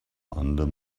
under